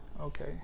Okay